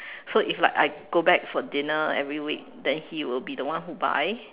so if like I go back for dinner every week then he will be the one who buy